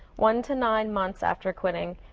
one to nine months after quitting,